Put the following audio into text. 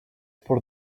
for